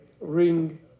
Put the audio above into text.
ring